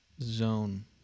Zone